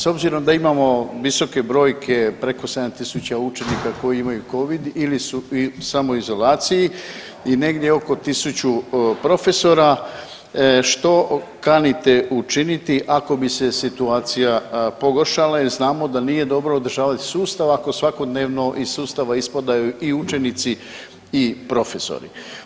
S obzirom da imamo visoke brojke preko 7.000 učenika koji imaju covid ili su u samoizolaciji i negdje oko tisuću profesora, što kanite učinite ako bi se situacija pogoršala jer znamo da nije dobro održavati sustav ako svakodnevno iz sustava ispadaju i učenici i profesori?